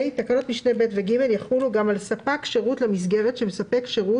תקנות משנה (ב) ו-(ג) יחולו גם על ספק שירות למסגרת שמספק שירות